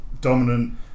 dominant